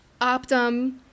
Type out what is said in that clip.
Optum